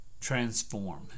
transform